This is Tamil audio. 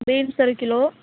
பீன்ஸ் ஒரு கிலோ